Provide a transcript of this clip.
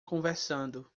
conversando